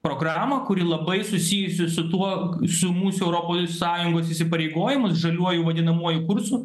programą kuri labai susijusi su tuo su mūsų europos sąjungos įsipareigojimus žaliuoju vadinamuoju kursu